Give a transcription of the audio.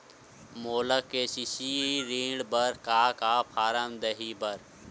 मोला के.सी.सी ऋण बर का का फारम दही बर?